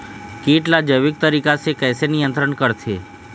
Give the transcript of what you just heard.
कीट ला जैविक तरीका से कैसे नियंत्रण करथे?